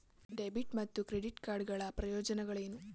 Debit ಮತ್ತು credit card ಗಳ ಪ್ರಯೋಜನಗಳೇನು?